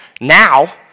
now